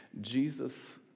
Jesus